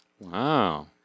Wow